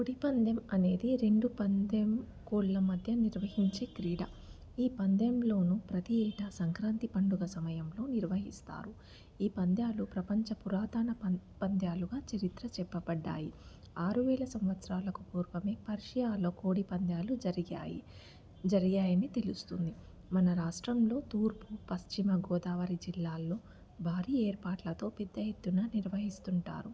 కోడి పందెం అనేది రెండు పందెం కోళ్ళ మధ్య నిర్వహించే క్రీడ ఈ పందెంలోనూ ప్రతి ఏటా సంక్రాంతి పండుగ సమయంలో నిర్వహిస్తారు ఈ పందాలు ప్రపంచ పురాతన పందాలుగా చరిత్ర చెప్పబడ్డాయి ఆరు వేల సంవత్సరాలకు పూర్వమే పర్షియాలో కోడిపందాలు జరిగాయి జరిగాయని తెలుస్తుంది మన రాష్ట్రంలో తూర్పు పశ్చిమ గోదావరి జిల్లాల్లో భారీ ఏర్పాట్లతో పెద్ద ఎత్తున నిర్వహిస్తుంటారు